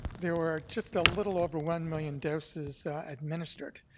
there were just a little over one million doses administered.